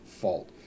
fault